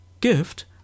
Gift